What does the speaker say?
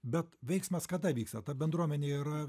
bet veiksmas kada vyksta ta bendruomenė yra